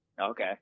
Okay